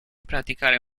praticare